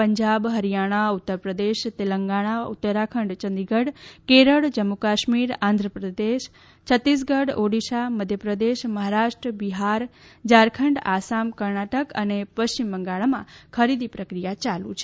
પંજાબ હરિયાણા ઉત્તરપ્રદેશ તેલંગણા ઉત્તરાખંડ ચંદીગઢ જમ્મુ કાશ્મીર કેરળ ગુજરાત આંધ્રપ્રદેશ છત્તીસગઢ ઓડિસા મધ્યપ્રદેશ મહારાષ્ટ્ર બિહાર ઝારખંડ અસમ કર્ણાટક અને પશ્ચિમ બંગાળમાં પાકની ખરીદી ચાલુ છે